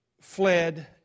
fled